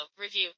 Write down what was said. review